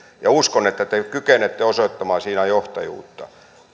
ja uskon että te kykenette osoittamaan siinä johtajuutta